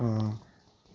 हूँ